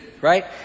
right